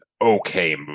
okay